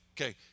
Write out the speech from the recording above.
Okay